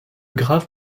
graves